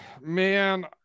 Man